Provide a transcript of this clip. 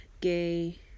gay